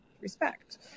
respect